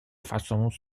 façons